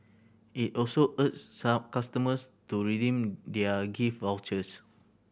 it also urged customers to redeem their gift vouchers